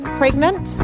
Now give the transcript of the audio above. pregnant